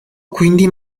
quindi